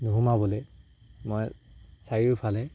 নুসোমাবলৈ মই চাৰিওফালে